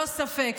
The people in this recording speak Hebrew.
ללא ספק,